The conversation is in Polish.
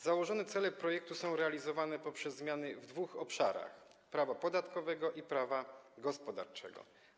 Założone cele projektu są realizowane poprzez zmiany w dwóch obszarach: prawa podatkowego i prawa gospodarczego.